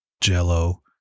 jello